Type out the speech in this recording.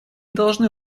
должны